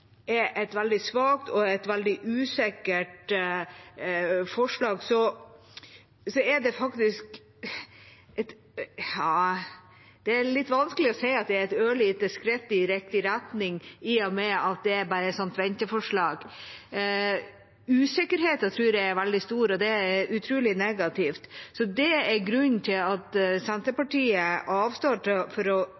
er et veldig svakt og usikkert forslag, og det er faktisk vanskelig å si at det er et ørlite skritt i riktig retning, i og med at det bare er et venteforslag. Usikkerheten tror jeg er veldig stor, og det er utrolig negativt. Det er grunnen til at